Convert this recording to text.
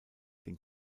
den